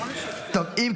איזו ועדה?